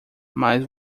mais